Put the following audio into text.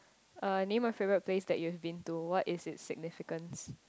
uh name a favourite place that you have been to what is its significance